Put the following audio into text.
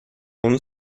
اون